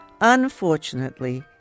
Unfortunately